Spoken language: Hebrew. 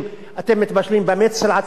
אין לכם זכות לדבר על זה.